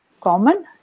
common